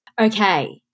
Okay